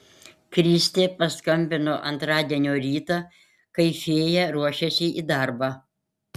kristė paskambino antradienio rytą kai fėja ruošėsi į darbą